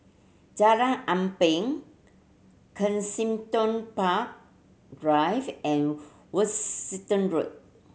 Jalan Ampang Kensington Park Drive and Worcester Road